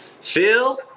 phil